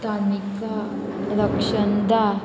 Tanika Rakshanda